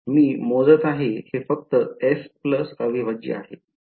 मी मोजत आहे हे फक्त S प्लस अविभाज्य आहे